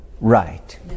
right